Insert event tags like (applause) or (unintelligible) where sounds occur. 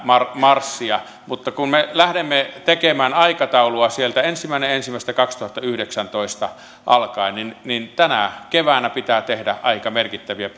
marssia mutta kun me lähdemme tekemään aikataulua sieltä ensimmäinen ensimmäistä kaksituhattayhdeksäntoista alkaen niin niin tänä keväänä pitää tehdä aika merkittäviä (unintelligible)